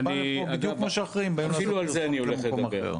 הוא בא לפה בדיוק כמו שאחרים באים לעשות פרסומת למקום אחר.